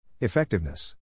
Effectiveness